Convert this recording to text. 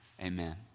Amen